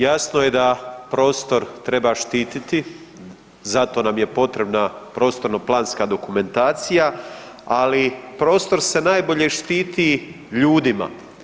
Jasno je da prostor treba štititi, zato nam je potrebna prostorno-planska dokumentacija, ali prostor se najbolje štiti ljudima.